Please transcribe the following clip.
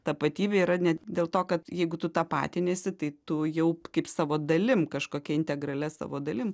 tapatybė yra ne dėl to kad jeigu tu tapatiniesi tai tu jau kaip savo dalim kažkokia integralia savo dalim